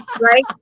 right